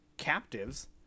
captives